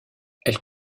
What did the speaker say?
elle